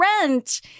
rent